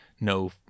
no